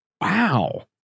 Wow